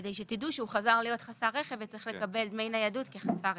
כדי שתדעו שהוא חזר להיות חסר רכב וצריך לקבל דמי ניידות כחסר רכב.